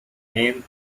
name